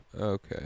Okay